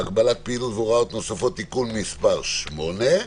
פעילות והוראות נוספות) (תיקון מס' 7),